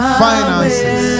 finances